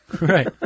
Right